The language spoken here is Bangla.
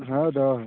হ্যাঁ দেওয়া হয়